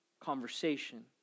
conversation